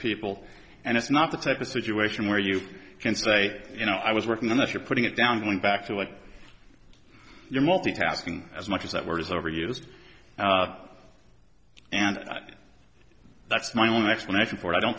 people and it's not the type of situation where you can say you know i was working on this you're putting it down going back to it you're multitasking as much as that word is overused and that's my own explanation for i don't